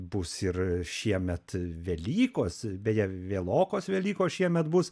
bus ir šiemet velykos beje vėlokos velykos šiemet bus